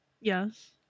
Yes